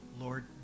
Lord